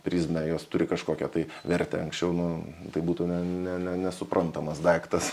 prizmę jos turi kažkokią tai vertę anksčiau nu tai būtų ne ne ne nesuprantamas daiktas